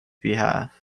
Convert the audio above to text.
behalf